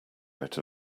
out